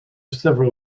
several